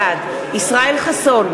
בעד ישראל חסון,